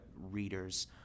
readers